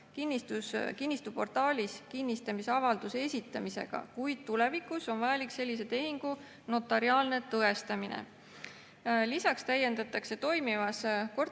kinnistuportaalis kinnistamisavalduse esitamisega. Tulevikus on vajalik sellise tehingu notariaalne tõestamine. Lisaks täiendatakse toimivas